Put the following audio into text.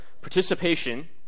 participation